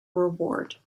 reward